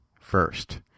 first